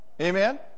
Amen